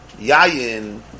Yayin